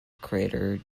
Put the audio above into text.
crater